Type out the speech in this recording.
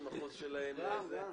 זה אותו